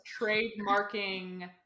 trademarking